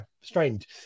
strange